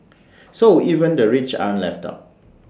so even the rich aren't left out